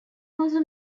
also